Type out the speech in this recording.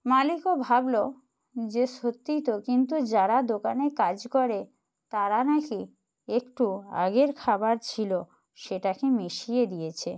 মালিকও ভাবলো যে সত্যিই তো কিন্তু যারা দোকানে কাজ করে তারা নাকি একটু আগের খাবার ছিলো সেটাকে মিশিয়ে দিয়েছে